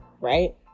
right